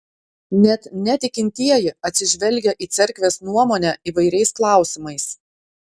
net netikintieji atsižvelgia į cerkvės nuomonę įvairiais klausimais